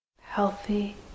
healthy